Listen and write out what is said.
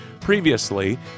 Previously